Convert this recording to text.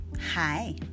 hi